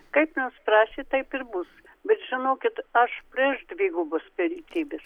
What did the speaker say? kaip nuspręsit taip ir bus bet žinokit aš prieš dvigubos pilietybės